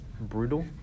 brutal